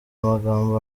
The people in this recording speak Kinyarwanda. amagambo